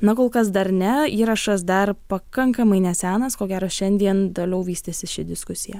na kol kas dar ne įrašas dar pakankamai nesenas ko gero šiandien toliau vystysis ši diskusija